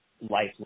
life